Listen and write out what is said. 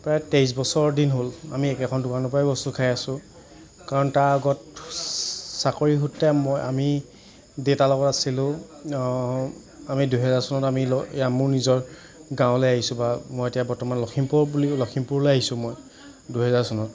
প্ৰায় তেইছ বছৰ দিন হ'ল আমি একেখন দোকানৰ পৰাই বস্তু খায় আছোঁ কাৰণ তাৰ আগত চাকৰিসূত্ৰে মই আমি দেতা লগত আছিলোঁ আমি দুহেজাৰ চনত আমি ইয়াৰ মোৰ নিজৰ গাঁৱলৈ আহিছোঁ বা মই এতিয়া বৰ্তমান লখিমপুৰ বুলি লখিমপুৰলৈ আহিছোঁ মই দুহেজাৰ চনত